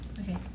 Okay